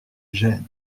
gênes